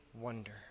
wonder